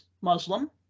Muslim